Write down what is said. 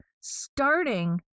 starting